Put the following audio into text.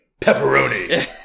pepperoni